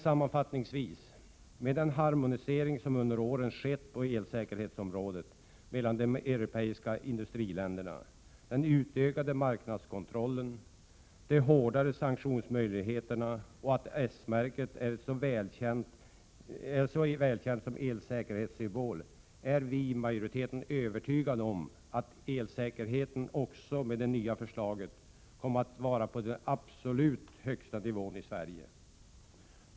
Sammanfattningsvis: Med den harmonisering som under åren har skett på elsäkerhetsområdet mellan de europeiska länderna, den utökade marknadskontrollen, de hårdare sanktionsmöjligheterna och det faktum att S-märket är så välkänt som elsäkerhetssymbol är vi i utskottsmajoriteten övertygade om att elsäkerheten också med det nya förslaget kommer att vara på den absolut högsta nivån i Sverige.